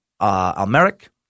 Almeric